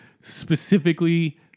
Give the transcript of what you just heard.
specifically